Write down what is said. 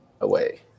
away